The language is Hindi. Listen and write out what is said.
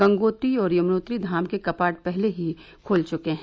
गंगोत्री और यमुनोत्री धाम के कपाट पहले ही खुल चुके हैं